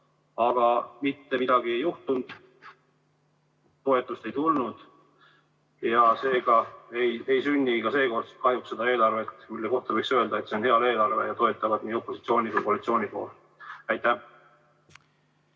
Aga mitte midagi ei juhtunud. Toetust ei tulnud. Seega ei sünni ka seekord kahjuks seda eelarvet, mille kohta võiks öelda, et see on hea eelarve ja seda toetavad nii opositsiooni kui ka koalitsiooni pool. Aitäh!